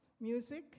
music